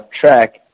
track